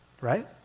Right